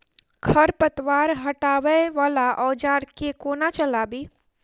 खरपतवार हटावय वला औजार केँ कोना चलाबी?